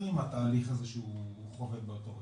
עם התהליך הזה שהוא חווה באותו רגע.